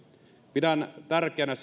pidän tärkeänä